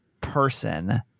person